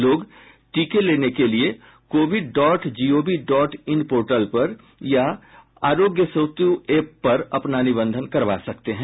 लोग टीके लेने के लिए CoWIN dot gov dot in portal पर या आरोग्य सेतु एप पर अपना निबंधन करवा सकते हैं